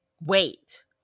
wait